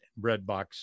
Breadbox